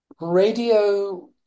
radio